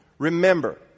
Remember